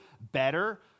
better